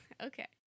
Okay